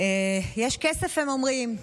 יש כסף, הם אומרים.